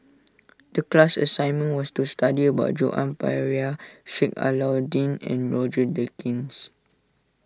the class assignment was to study about Joan Pereira Sheik Alau'ddin and Roger Jenkins